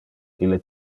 ille